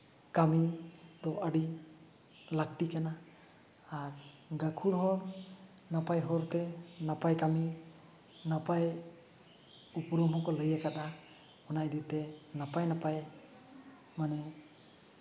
ᱠᱟᱹᱢᱤ ᱫᱚ ᱟᱹᱰᱤ ᱞᱟᱹᱠᱛᱤ ᱠᱟᱱᱟ ᱟᱨ ᱜᱟᱹᱠᱷᱩᱲ ᱦᱚᱲ ᱱᱟᱯᱟᱭ ᱦᱚᱨ ᱛᱮ ᱱᱟᱯᱟᱭ ᱠᱟᱹᱢᱤ ᱱᱟᱯᱟᱭ ᱩᱯᱨᱩᱢ ᱦᱚᱸᱠᱚ ᱞᱟᱹᱭ ᱠᱟᱫᱟ ᱚᱱᱟ ᱤᱫᱤᱛᱮ ᱱᱟᱯᱟᱭ ᱱᱟᱯᱟᱭ ᱢᱟᱱᱮ